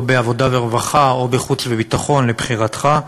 או בעבודה ורווחה או בחוץ וביטחון, לבחירתך,